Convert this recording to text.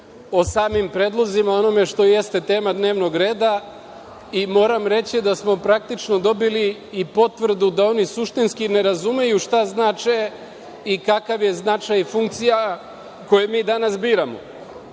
o samim predlozima, o onome što jeste tema dnevnog reda i moram reći da smo praktično dobili i potvrdu da oni suštinski ne razumeju šta znače i kakav je značaj funkcija koje mi danas biramo.